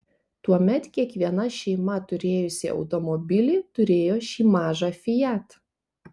tuomet kiekviena šeima turėjusi automobilį turėjo šį mažą fiat